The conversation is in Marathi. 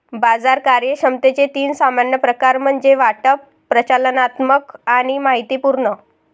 बाजार कार्यक्षमतेचे तीन सामान्य प्रकार म्हणजे वाटप, प्रचालनात्मक आणि माहितीपूर्ण